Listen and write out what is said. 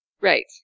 Right